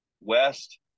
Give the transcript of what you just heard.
west